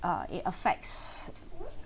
uh it affects